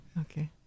Okay